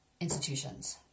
institutions